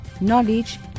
knowledge